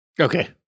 Okay